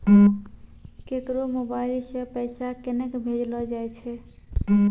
केकरो मोबाइल सऽ पैसा केनक भेजलो जाय छै?